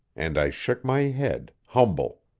and i shook my head, humble.